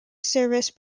service